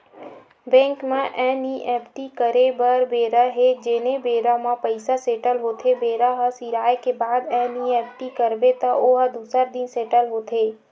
bank म NEFT करे बर बेरा हे जेने बेरा म पइसा सेटल होथे बेरा ह सिराए के बाद एन.ई.एफ.टी करबे त ओ ह दूसर दिन सेटल होथे